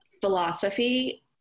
philosophy